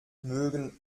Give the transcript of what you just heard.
mögen